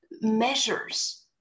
measures